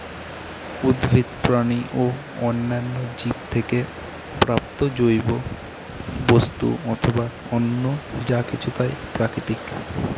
উদ্ভিদ, প্রাণী ও অন্যান্য জীব থেকে প্রাপ্ত জৈব বস্তু অথবা অন্য যা কিছু তাই প্রাকৃতিক